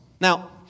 Now